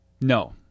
No